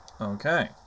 Okay